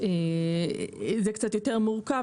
וזה קצת יותר מורכב,